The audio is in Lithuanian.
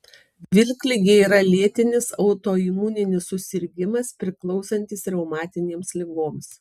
vilkligė yra lėtinis autoimuninis susirgimas priklausantis reumatinėms ligoms